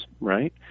right